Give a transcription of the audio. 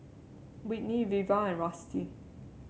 Whitney Veva and Rusty